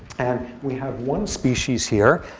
and we have one species here,